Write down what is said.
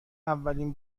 اولین